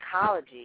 psychology